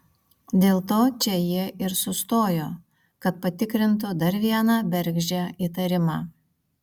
dėl to čia jie ir sustojo kad patikrintų dar vieną bergždžią įtarimą